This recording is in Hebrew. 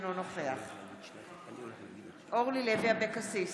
אינו נוכח אורלי לוי אבקסיס,